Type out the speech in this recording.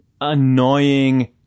annoying